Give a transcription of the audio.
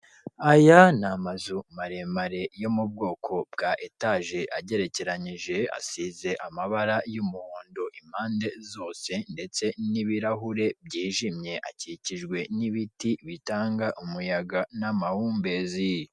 Aya ni amazu maremare yo mu bwoko bwa etage, agerekeranije, asize amabara y'umuhondo impande zose, ndetse n'ibirahure byijimye, akikijwe n'ibiti bitanga umuyaga n'amahumbezi.